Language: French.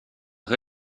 rez